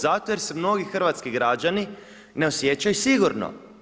Zato jer se mnogi hrvatski građani ne osjećaju sigurno.